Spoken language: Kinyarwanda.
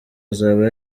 azaba